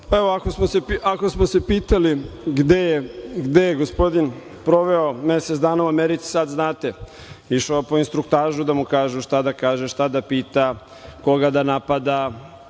Ako smo se pitali gde je gospodin proveo mesec dana u Americi, sada znate. Išao je u instruktažu da mu kažu šta da kaže, koga da pita, koga da napada,